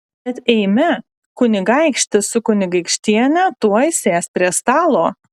bet eime kunigaikštis su kunigaikštiene tuoj sės prie stalo